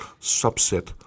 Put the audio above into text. subset